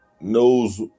knows